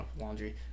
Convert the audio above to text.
laundry